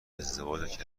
ازدواج